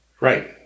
Right